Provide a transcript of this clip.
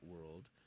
world